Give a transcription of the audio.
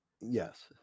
Yes